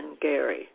Gary